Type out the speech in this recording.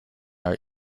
are